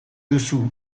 duzu